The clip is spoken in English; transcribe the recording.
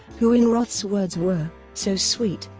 who in roth's words were so sweet,